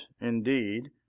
indeed